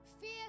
Fear